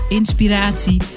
inspiratie